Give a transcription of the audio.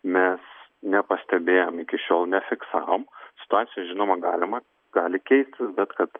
mes nepastebėjom iki šiol nefiksavom situacija žinoma galima gali keistis bet kad